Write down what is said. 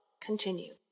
continue